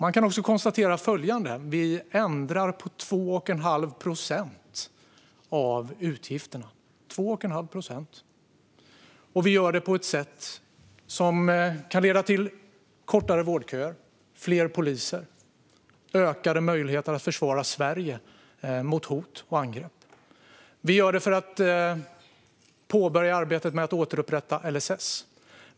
Man kan också konstatera följande: Vi ändrar på 2 1⁄2 procent av utgifterna, och vi gör det på ett sätt som kan leda till kortare vårdköer, fler poliser och ökade möjligheter att försvara Sverige mot hot och angrepp. Vi gör det för att påbörja arbetet med att återupprätta LSS.